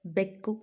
ಬೆಕ್ಕು